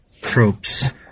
tropes